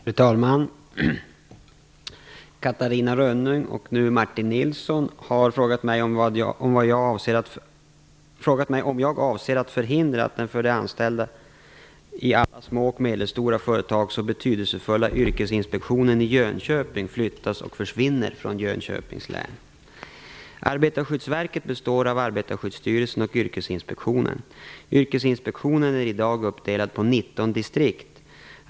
Fru talman! Catarina Rönnung har frågat mig om jag avser att förhindra att den för de anställda i alla små och medelstora företag så betydelsefulla Yrkesinspektionen i Jönköping flyttas och försvinner från Arbetarskyddsverket består av Arbetarskyddsstyrelsen och Yrkesinspektionen. Yrkesinspektionen är i dag uppdelad på 19 distrikt.